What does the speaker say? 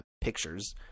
pictures